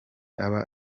aba